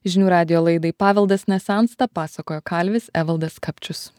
žinių radijo laidai paveldas nesensta pasakojo kalvis evaldas kapčius